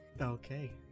Okay